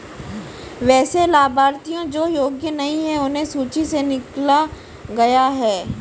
वैसे लाभार्थियों जो योग्य नहीं हैं उन्हें सूची से निकला गया है